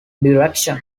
direction